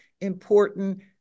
important